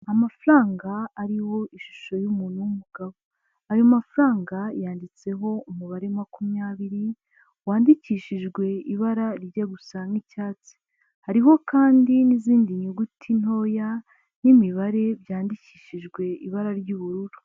Amafaranga ariho ishusho y'umuntu w'umugabo, ayo mafaranga yanditseho umubare makumyabiri wandikishijwe ibara rijya gusa n'icyatsi, hariho kandi n'izindi nyuguti ntoya n'imibare byandikishijwe ibara ry'ubururu.